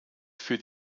für